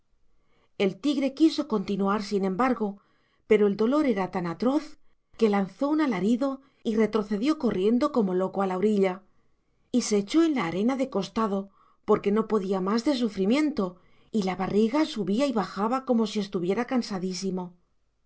el tigre quiso continuar sin embargo pero el dolor era tan atroz que lanzó un alarido y retrocedió corriendo como loco a la orilla y se echó en la arena de costado porque no podía más de sufrimiento y la barriga subía y bajaba como si estuviera cansadísimo